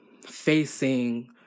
facing